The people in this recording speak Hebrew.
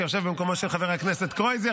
שיושב במקומו של חבר הכנסת קרויזר,